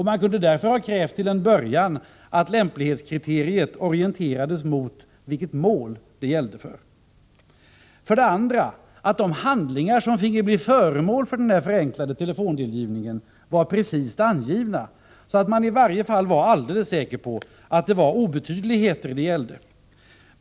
Man kunde därför till en början ha krävt att lämplighetskriteriet orienterades mot det mål som det gällde för. Vidare borde man ha krävt att de handlingar som finge bli föremål för den förenklade telefondelgivningen var precist angivna, så att man i varje fall var alldeles säker på att det var obetydligheter det gällde.